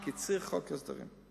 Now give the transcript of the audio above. כי צריך חוק הסדרים.